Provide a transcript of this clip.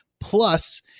plus